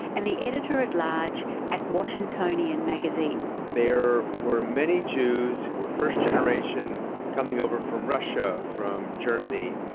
and the editor at large at washingtonian magazine. there were many jews who were first-generation, coming over from russia, from germany,